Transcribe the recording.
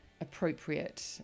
appropriate